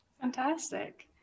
Fantastic